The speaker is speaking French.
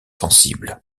sensibles